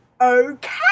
okay